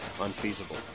unfeasible